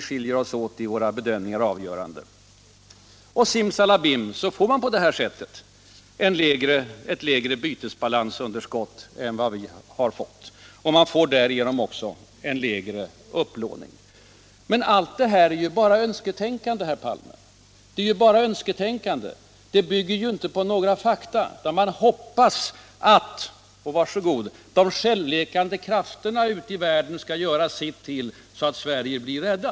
Simsalabim får man på det här sättet ett lägre bytesbalansunderskott än vad vi har fått. Och man får därigenom också en något lägre upplåning. Men allt det här är ju bara önsketänkande, herr Palme. Det bygger inte på några fakta, utan man hoppas — var så goda! — att ”de självläkande krafterna” ute i världen skall göra sitt så att Sverige blir räddat.